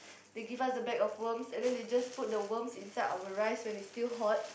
they give us a bag of worms and then they just put the worms inside our rice when is still hot